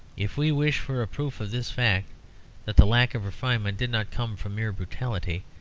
if we wish for a proof of this fact that the lack of refinement did not come from mere brutality,